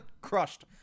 Crushed